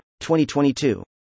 2022